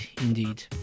indeed